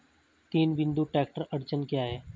तीन बिंदु ट्रैक्टर अड़चन क्या है?